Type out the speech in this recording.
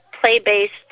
play-based